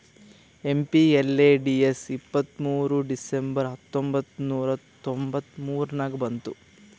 MPLADS ಇಪ್ಪತ್ತ್ಮೂರ್ December ಹತ್ತೊಂಬತ್ ನೂರಾ ತೊಂಬತ್ತ ಮೂರ ನಾಗ ಬಂತು